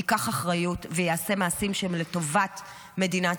ייקח אחריות ויעשה מעשים שהם לטובת מדינת